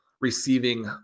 receiving